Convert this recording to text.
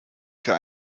für